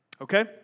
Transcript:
Okay